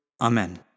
Amen